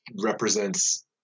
represents